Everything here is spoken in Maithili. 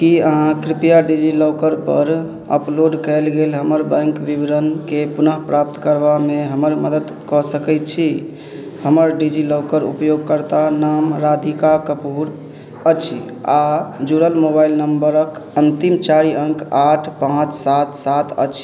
की अहाँ कृपया डिजिलॉकर पर अपलोड कयल गेल हमर बैंक बिबरणके पुनः प्राप्त करबामे हमर मदद कऽ सकैत छी हमर डिजिलॉकर उपयोगकर्ता नाम राधिका कपूर अछि आ जुड़ल मोबाइल नम्बरक अन्तिम चारि अङ्क आठ पाँच सात सात अछि